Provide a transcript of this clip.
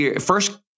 first